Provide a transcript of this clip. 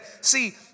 See